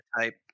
type